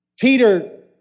Peter